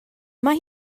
mae